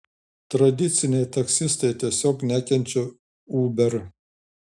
tradiciniai taksistai tiesiog nekenčia uber